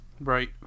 Right